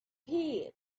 his